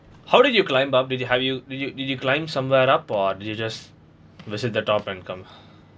how did you climb up did you have you did you did you climb somewhere up or did you just visit the top and come